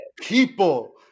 people